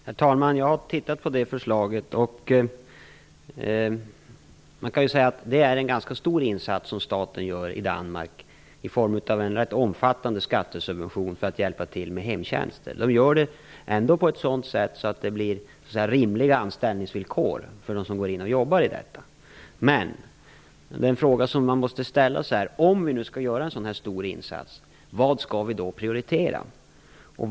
Herr talman! Jag har tittat på det förslaget. Det är en ganska stor insats som staten gör i Danmark i form av en rätt omfattande skattesubvention för att hjälpa till med hemtjänster. Man gör det ändå på ett sätt så att det blir rimliga anställningsvillkor för dem som går in och jobbar. Den fråga som man måste ställa sig är vad vi skall prioritera om vi skall göra en så stor insats.